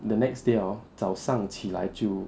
the next day hor 早上起来就